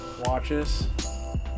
watches